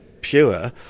Pure